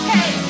Hey